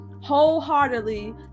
wholeheartedly